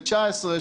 19,